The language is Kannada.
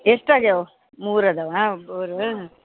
ಎಷ್ಟಾಗ್ಯವು ಮೂರದವ ಬೋರು